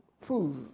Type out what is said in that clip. prove